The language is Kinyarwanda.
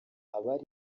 abari